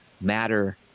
matter